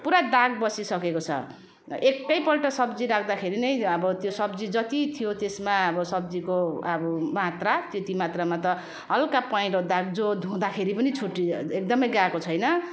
पुरा दाग बसिसकेको छ एक पल्ट सब्जी राख्दाखेरि नै अब त्यो सब्जी जति थियो त्यसमा अब सब्जीको अब मात्र त्यति मात्रमा त हल्का पहेँलो दाग जो धुँदाखेरि पनि छुटी एकदम गएको छैन